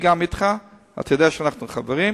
אתה יודע שאנחנו חברים,